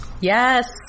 Yes